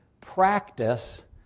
practice